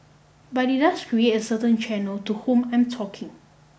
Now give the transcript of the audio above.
but it does create a certain channel to whom I'm talking